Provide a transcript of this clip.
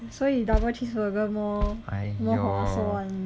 所以 double cheeseburger more 划算